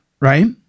right